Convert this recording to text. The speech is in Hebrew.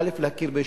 א.